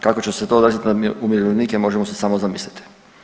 Kako će se to odraziti na umirovljenike možemo si samo zamisliti.